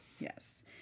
Yes